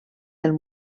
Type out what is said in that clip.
del